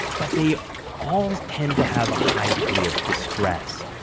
but they all tend to have a high degree of distress.